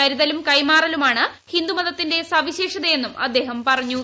കരുതലും കൈമാറലുമാണ് ഹിന്ദുമതത്തിന്റെ സവിശേഷതയെന്നും അദ്ദേഹം പറഞ്ഞു